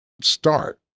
start